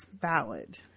valid